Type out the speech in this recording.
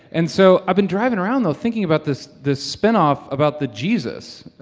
and so i've been driving around, though, thinking about this this spinoff about the jesus.